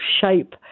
shape